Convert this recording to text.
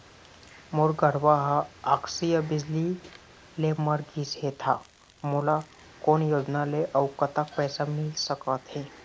मोर गरवा हा आकसीय बिजली ले मर गिस हे था मोला कोन योजना ले अऊ कतक पैसा मिल सका थे?